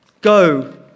Go